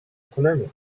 economy